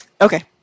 Okay